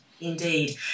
Indeed